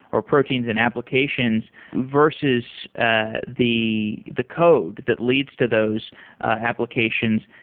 or proteins and applications versus ah the the code that leads to those applications.